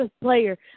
player